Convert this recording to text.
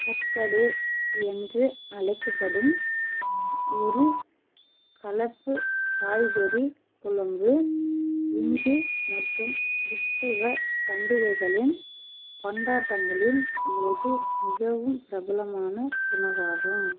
கட்கடே என்று அழைக்கப்படும் ஒரு கலப்பு காய்கறி குழம்பு இந்து மற்றும் கிறிஸ்துவ பண்டிகைகளின் கொண்டாட்டங்களின் மோது மிகவும் பிரபலமான உணவாகும்